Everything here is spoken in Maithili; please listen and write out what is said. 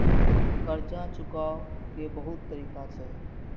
कर्जा चुकाव के बहुत तरीका छै?